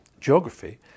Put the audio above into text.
geography